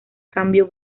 cambio